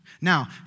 Now